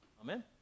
Amen